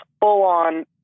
full-on